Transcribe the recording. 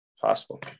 possible